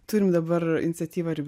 turim dabar iniciatyvą ir